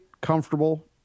comfortable